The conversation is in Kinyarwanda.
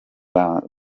bantu